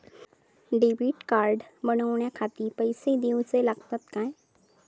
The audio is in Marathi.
डेबिट कार्ड बनवण्याखाती पैसे दिऊचे लागतात काय?